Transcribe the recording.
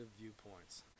viewpoints